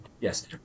yes